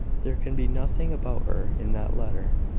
there can be nothing about her in that letter.